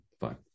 fine